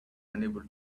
unable